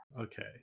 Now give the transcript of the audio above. Okay